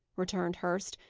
returned hurst.